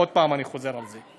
עוד פעם אני חוזר על זה.